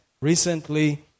recently